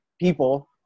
people